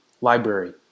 Library